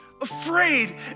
afraid